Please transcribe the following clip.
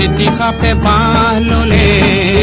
ah da da da da